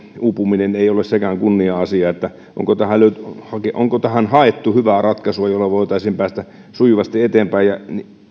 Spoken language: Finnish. uupuminen ei ole sekään kunnia asia onko tähän haettu hyvää ratkaisua jolla voitaisiin päästä sujuvasti eteenpäin ja